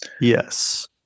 yes